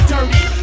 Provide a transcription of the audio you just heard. Dirty